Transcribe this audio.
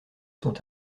sont